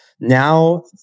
now